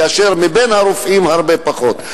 ומבין הרופאים הרבה פחות.